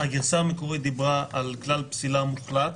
הגרסה המקורית דיברה על כלל פסילה מוחלט?